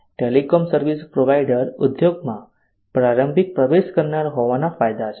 telecom service provider ઉદ્યોગમાં પ્રારંભિક પ્રવેશ કરનાર હોવાના ફાયદા છે